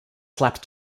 slapped